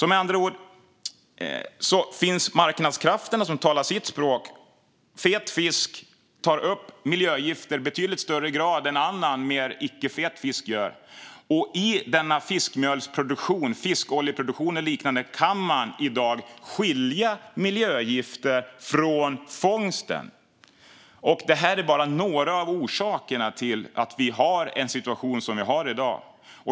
Med andra ord talar alltså marknadskrafterna sitt språk: Fet fisk tar upp miljögifter i betydligt högre grad än annan, mer icke-fet, fisk gör. I fiskmjölsproduktion, fiskoljeproduktion och liknande kan man i dag skilja miljögifterna från fångsten. Det här är bara några av orsakerna till att vi har den situation som vi har i dag.